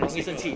要什么 leh